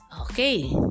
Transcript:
Okay